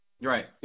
Right